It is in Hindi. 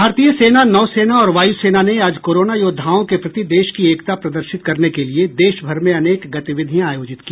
भारतीय सेना नौसेना और वायुसेना ने आज कोरोना योद्धाओं के प्रति देश की एकता प्रदर्शित करने के लिए देशभर में अनेक गतिविधियां आयोजित की